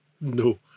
No